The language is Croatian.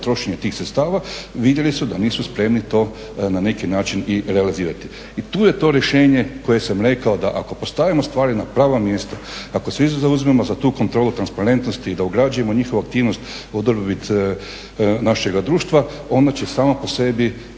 za trošenje tih sredstava, vidjeli su da nisu spremni to na neki način i realizirati. I tu je to rješenje koje sam rekao da ako postavimo stvari na pravo mjesto, ako se svi zauzmemo za tu kontrolu transparentnosti i da ograđujemo njihovu aktivnost … /Govornik se ne razumije./ … našega društva ona će sama po sebi se